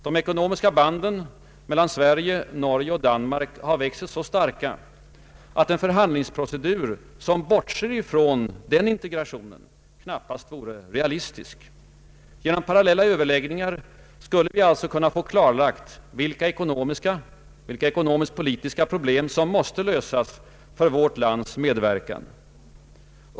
De ekonomiska banden mellan Sverige, Norge och Danmark har växt sig så starka, att en förhandlingsprocedur som bortser från den integrationen knappast vore realistisk. Genom parallella överläggningar skulle vi alltså kunna få klarlagt vilka ekonomiska och ekonomisk-politiska problem som måste lösas för vårt lands medverkan i gemenskapen.